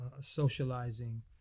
socializing